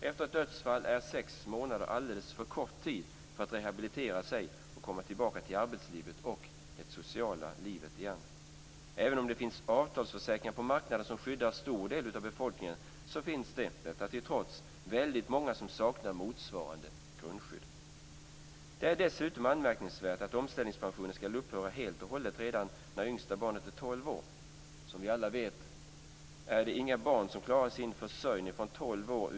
Efter ett dödsfall är sex månader alldeles för kort tid för att rehabilitera sig och komma tillbaka till arbetslivet och det sociala livet igen. Även om det finns avtalsförsäkringar på marknaden som skyddar en stor del av befolkningen, så finns det, detta till trots, väldigt många som saknar motsvarande grundskydd. Det är dessutom anmärkningsvärt att omställningspensionen skall upphöra helt och hållet redan när yngsta barnet är tolv år. Som vi alla vet är det inga barn som klarar sin försörjning från tolv år.